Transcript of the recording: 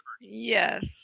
Yes